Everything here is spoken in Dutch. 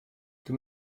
doe